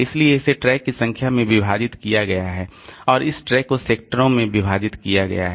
इसलिए इसे ट्रैक की संख्या में विभाजित किया गया है और इस ट्रैक को सेक्टरों में विभाजित किया गया है